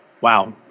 Wow